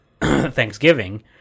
thanksgiving